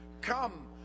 Come